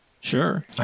Sure